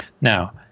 Now